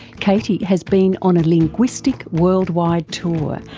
katie has been on a linguistic worldwide tour,